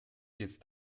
jetzt